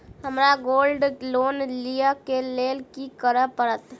हमरा gold loan लिय केँ लेल की करऽ पड़त?